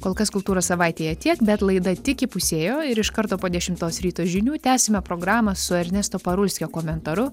kol kas kultūros savaitėje tiek bet laida tik įpusėjo ir iš karto po dešimtos ryto žinių tęsime programą su ernesto parulskio komentaru